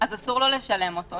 אסור לו לשלם אותו.